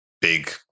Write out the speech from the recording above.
big